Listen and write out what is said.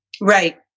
Right